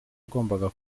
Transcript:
wagombaga